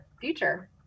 future